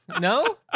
No